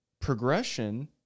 Progression